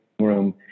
room